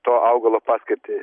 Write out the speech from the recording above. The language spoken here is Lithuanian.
to augalo paskirtį